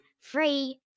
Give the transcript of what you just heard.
free